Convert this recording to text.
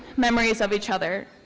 memories of each other.